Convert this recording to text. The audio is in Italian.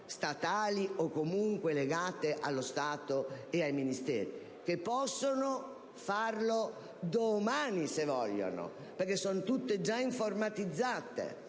statali o comunque legate allo Stato e ai Ministeri) che potrebbero farlo già domani, se volessero, perché sono tutte già informatizzate.